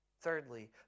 Thirdly